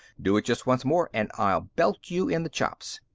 do it just once more and i'll belt you in the chops.